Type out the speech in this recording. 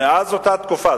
מאז אותה תקופה,